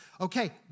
Okay